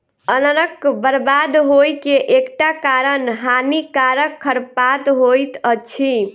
अन्नक बर्बाद होइ के एकटा कारण हानिकारक खरपात होइत अछि